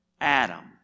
Adam